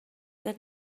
got